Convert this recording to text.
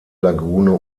lagune